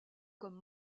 comme